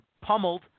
pummeled